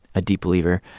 a deep believer.